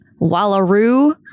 Wallaroo